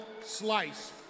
slice